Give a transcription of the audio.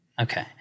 Okay